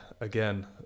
again